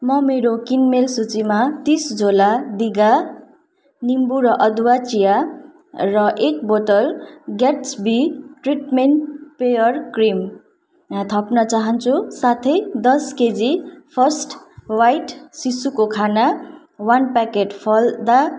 म मेरो किनमेल सूचीमा तिस झोला दिभा निम्बु र अदुवा चिया र एक बोतल ग्याट्स्बी ट्रिटमेन्ट पेयर क्रिम थप्न चाहन्छु साथै दस केजी फर्स्ट बाइट शिशुको खाना वान प्याकेट फलदा